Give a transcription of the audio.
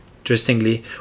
Interestingly